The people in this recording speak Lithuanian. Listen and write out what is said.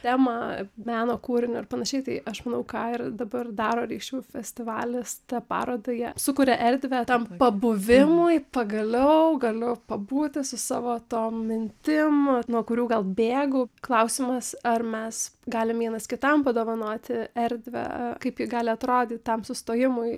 temą meno kūrinį ar pan tai aš manau ką ir dabar daro reikšmių festivalis tą parodą jie sukuria erdvę tam pabuvimui pagaliau galiu pabūti su savo tom mintim nuo kurių gal bėgau klausimas ar mes galim vienas kitam padovanoti erdvę kaip ji gali atrodyt tam sustojimui